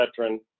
veteran